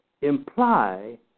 imply